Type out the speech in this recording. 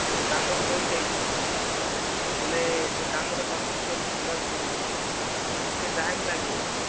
ଗୋଟିଏ କାମରେ ରହିଯାଇଛି ହେଲେ ସେ କାମଟା କମ୍ପ୍ଲିଟ କରିକି ଯିବାକୁ ପଡ଼ିବ ଟିକିଏ ଟାଇମ ଲାଗିବ